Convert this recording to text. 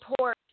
support